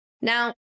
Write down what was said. Now